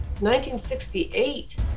1968